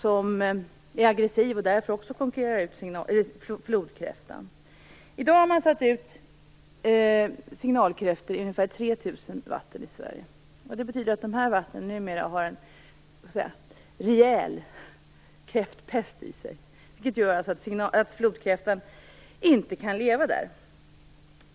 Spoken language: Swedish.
Den är dessutom aggressiv, och konkurrerar också därför ut flodkräftan. I dag har man satt ut signalkräftor i ungefär 3 000 vatten i Sverige. Det betyder att dessa vatten numera har rejält med kräftpest i sig, vilket gör att flodkräftan inte kan leva där.